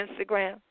Instagram